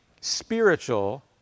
spiritual